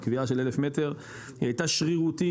הקביעה של 1,000 מטר היא הייתה שרירותית,